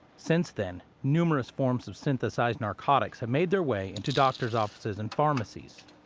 since then, numerous forms of synthesized narcotics have made their way into doctors' offices and pharmacies.